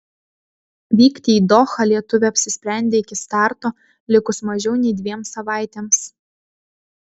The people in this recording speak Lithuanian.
vykti į dohą lietuvė apsisprendė iki starto likus mažiau nei dviem savaitėms